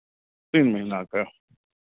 तीन महिनाके